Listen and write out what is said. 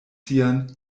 sian